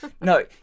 no